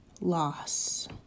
loss